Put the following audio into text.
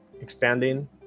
expanding